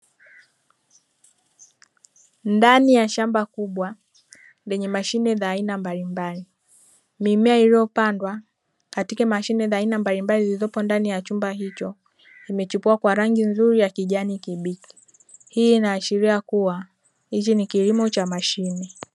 Ndani ya shamba kubwa lenye mashine za aina mbalimbali mimea iliyopandwa katika mashine mbalimbali zilizopo ndani ya chumba hicho zimechipua kwa rangi ya rangi nzuri ya kijani kibichi, hii inaashiria kuwa hichi ni kilimo cha mashine.